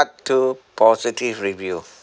two positive review